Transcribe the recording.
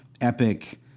epic